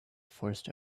forced